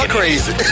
crazy